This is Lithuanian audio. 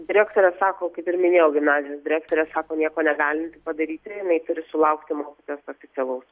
direktorė sako kaip ir minėjau gimnazijos direktorė sako nieko negali padaryti ir jinai turi sulaukti mokytojos oficialaus